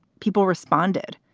people responded.